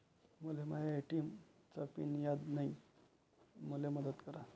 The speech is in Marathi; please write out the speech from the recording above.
मले माया ए.टी.एम चा पिन याद नायी, मले मदत करा